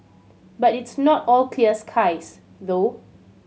but it's not all clear skies though